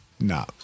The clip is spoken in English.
No